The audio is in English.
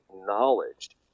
acknowledged